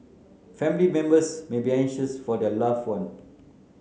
family members may be anxious for their loved one